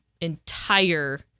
entire